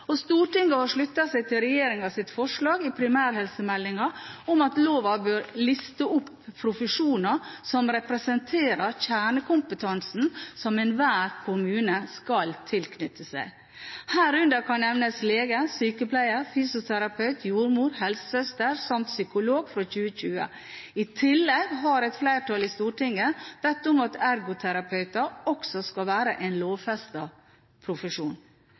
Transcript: og Stortinget har sluttet seg til regjeringens forslag i primærhelsemeldingen om at loven bør liste opp profesjoner som representerer kjernekompetansen som enhver kommune skal tilknytte seg, herunder kan nevnes lege, sykepleier, fysioterapeut, jordmor, helsesøster samt psykolog, fra 2020. l tillegg har et flertall i Stortinget bedt om at ergoterapeut også skal være en lovfestet profesjon.